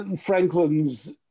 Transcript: Franklin's